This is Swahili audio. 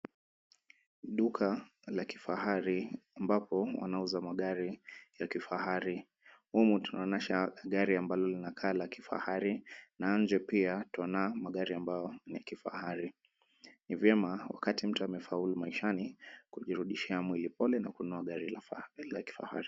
Duka la kifahari ambapo wanauza magari ya kifahari. Humu tunaonyesha gari ambalo linakaa la kifahari na nje pia tunaona magari ambayo ni ya kifahari. Ni vyema, wakati mtu amefaulu maishani kujirudishia mwili pole na kununua gari la kifahari.